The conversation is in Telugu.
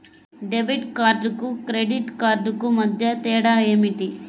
డెబిట్ కార్డుకు క్రెడిట్ క్రెడిట్ కార్డుకు మధ్య తేడా ఏమిటీ?